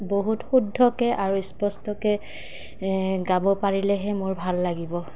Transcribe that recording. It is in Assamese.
বহুত শুদ্ধকৈ আৰু স্পষ্টকৈ গাব পাৰিলেহে মোৰ ভাল লাগিব